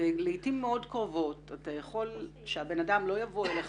ולעתים מאוד קרובות אתה יכול לגרום לכך שהבן אדם לא יבוא אליך